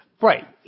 Right